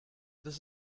this